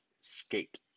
skate